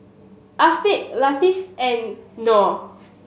Afiq Latif and Noh